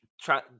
try